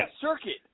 circuit